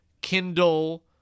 Kindle